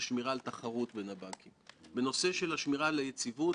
הכשלים העיקריים שראינו הם בכך שהפיקוח